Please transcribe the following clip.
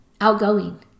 outgoing